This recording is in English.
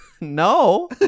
No